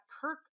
Kirk